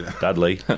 Dudley